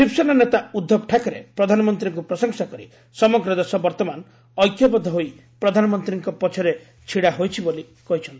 ଶିବସେନା ନେତା ଉଦ୍ଧବ ଠାକରେ ପ୍ରଧାନମନ୍ତ୍ରୀଙ୍କ ପ୍ରଶଂସା କରି ସମଗ୍ର ଦେଶ ବର୍ତ୍ତମାନ ଐକ୍ୟବଦ୍ଧ ହୋଇ ପ୍ରଧାନମନ୍ତ୍ରୀଙ୍କ ପଛରେ ଛିଡାହୋଇଛି ବୋଲି କହିଛନ୍ତି